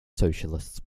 socialists